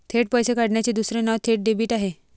थेट पैसे काढण्याचे दुसरे नाव थेट डेबिट आहे